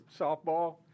softball